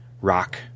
rock